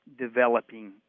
developing